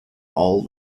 all